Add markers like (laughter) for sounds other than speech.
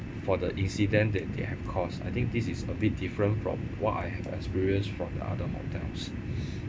for the incident that they have caused I think this is a bit different from what I have experienced from the other hotels (breath)